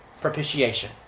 Propitiation